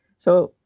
so,